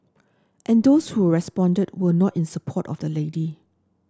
and those who responded were not in support of the lady